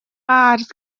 قرض